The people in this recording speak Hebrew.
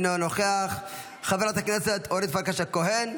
אינו נוכח, חברת הכנסת אורית פרקש הכהן,